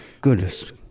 Goodness